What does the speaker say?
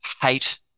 hate